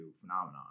phenomenon